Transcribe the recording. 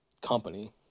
company